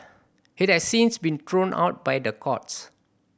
it has since been thrown out by the courts